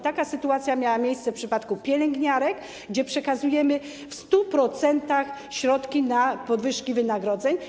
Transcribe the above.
Taka sytuacja miała miejsce w przypadku pielęgniarek, gdzie przekazujemy w 100% środki na podwyżki wynagrodzeń.